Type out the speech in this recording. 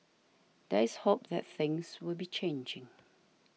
there is hope that things will be changing